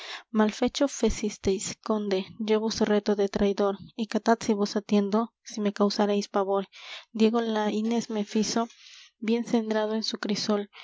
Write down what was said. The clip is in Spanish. mal fecho fecisteis conde yo vos reto de traidor y catad si vos atiendo si me causaréis pavor diego laínez me fizo bien cendrado en su crisol